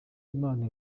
imana